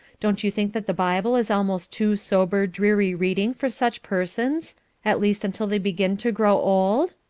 don't you think that the bible is almost too sober, dreary reading for such persons at least until they begin to grow old?